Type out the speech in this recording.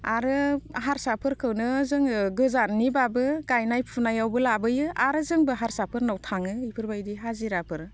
आरो हारसाफोरखौनो जोङो गोजाननिबाबो गायनाय फुनायावबो लाबोयो आरो जोंबो हारसाफोरनाव थाङो बेफोरबायदि हाजिराफोर